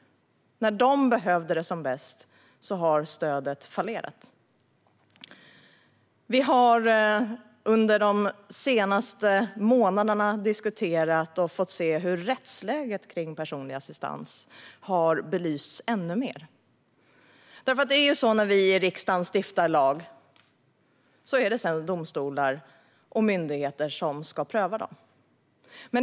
När de behövde det som bäst har stödet fallerat. Vi har under de senaste månaderna diskuterat och fått se hur rättsläget kring personlig assistans har belysts ännu mer. När vi i riksdagen har stiftat lagar är det sedan domstolar och myndigheter som ska pröva dem.